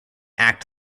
act